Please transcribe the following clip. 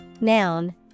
noun